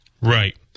Right